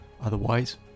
Otherwise